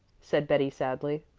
said betty sadly.